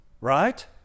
right